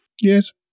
Yes